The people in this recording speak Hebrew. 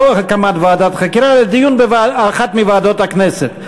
לא הקמת ועדת חקירה, אלא דיון באחת מוועדות הכנסת.